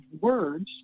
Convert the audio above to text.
words